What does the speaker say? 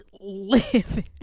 live